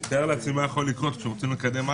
אני מתאר לעצמי מה צריך כשרוצים לקדם-